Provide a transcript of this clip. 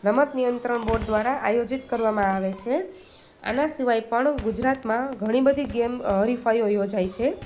રમત નિયંત્રણ બોર્ડ દ્વારા આયોજિત કરવામાં આવે છે આના સિવાય પણ ગુજરાતમાં ઘણી બધી ગેમ હરીફાઈઓ યોજાય છે